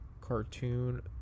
cartoon